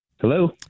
Hello